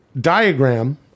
diagram